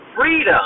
freedom